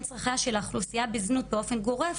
צרכיה של האוכלוסייה בזנות באופן גורף,